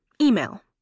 Email